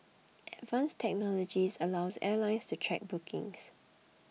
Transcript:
advanced technology allows airlines to track bookings